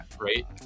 right